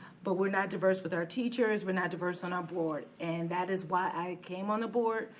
but we're not diverse with our teachers, we're not diverse on our board. and that is why i came on the board,